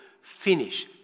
Finish